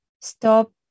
stop